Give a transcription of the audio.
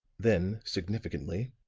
then, significantly